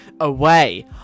away